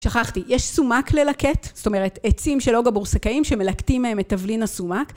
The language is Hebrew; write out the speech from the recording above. שכחתי, יש סומק ללקט, זאת אומרת עצים של אוגה בורסקאים שמלקטים מהם את תבלין הסומק.